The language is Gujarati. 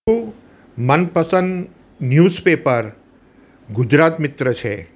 હું મનપસંદ ન્યૂઝપેપર ગુજરાત મિત્ર છે